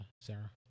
Sarah